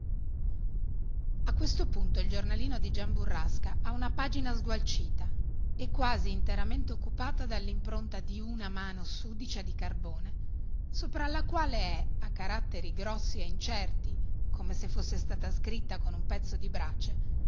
a questo punto il giornalino di gian burrasca ha una pagina sgualcita e quasi interamente occupata dall'impronta di una mano sudicia di carbone sopra alla quale è a caratteri grossi e incerti come se fosse stata scritta con un pezzo di brace